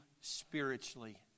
spiritually